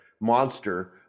monster